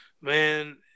Man